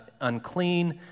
unclean